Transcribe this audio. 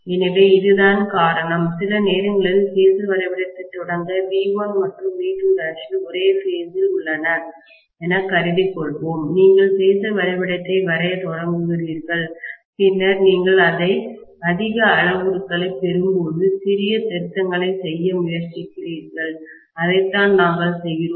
எனவே இதுதான் காரணம் சில நேரங்களில் பேஸர் வரைபடத்தை தொடங்க V1 மற்றும் V2' ஒரே பேஸ் இல் உள்ளன என்று கருதிக் கொள்வோம் நீங்கள் பேஸர் வரைபடத்தை வரைய தொடங்குகிறீர்கள் பின்னர் நீங்கள் அதிக அளவுருக்களைப் பெறும்போது சிறிய திருத்தங்களைச் செய்ய முயற்சிக்கிறீர்கள் அதைத்தான் நாங்கள் செய்கிறோம்